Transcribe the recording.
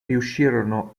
riuscirono